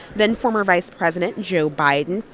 then former vice president joe biden.